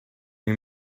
you